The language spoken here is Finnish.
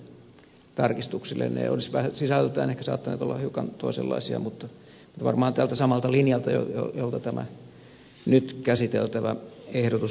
sisällöltään ne olisivat ehkä saattaneet olla hiukan toisenlaisia mutta varmaan tältä samalta linjalta jolta tämä nyt käsiteltävä ehdotus on lähtenyt